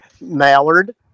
mallard